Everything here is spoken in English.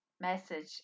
message